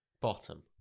Bottom